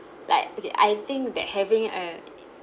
like okay I think that having a